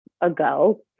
ago